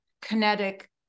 kinetic